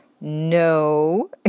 No